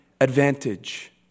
advantage